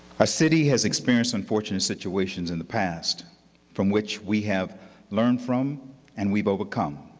ah city has experienced unfortunate situations in the past from which we have learned from and we've overcome.